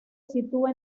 sitúa